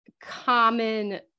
common